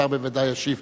השר בוודאי ישיב,